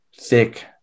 Thick